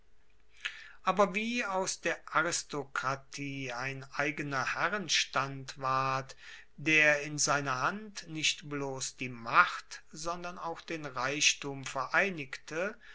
aber wie aus der aristokratie ein eigener herrenstand ward der in seiner hand nicht bloss die macht sondern auch den reichtum vereinigte